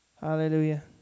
Hallelujah